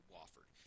Wofford